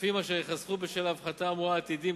כספים אשר ייחסכו בשל ההפחתה האמורה עתידים,